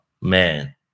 man